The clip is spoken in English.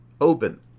open